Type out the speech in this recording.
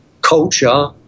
culture